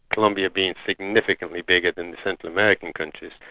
colombia being significantly bigger than the central american countries.